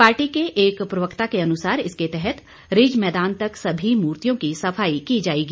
party के एक प्रवक्ता के अनुसार इसके तहत रिज मैदान तक सभी मूर्तियों की सफाई की जाएगी